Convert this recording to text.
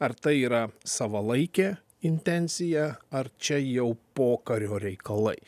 ar tai yra savalaikė intencija ar čia jau pokario reikalai